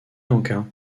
lanka